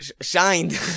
shined